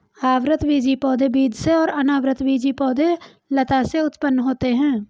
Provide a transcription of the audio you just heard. आवृतबीजी पौधे बीज से और अनावृतबीजी पौधे लता से उत्पन्न होते है